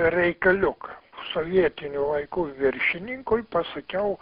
reikaliuką sovietinių laikų viršininkui pasakiau